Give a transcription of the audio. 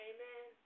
Amen